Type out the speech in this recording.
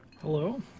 Hello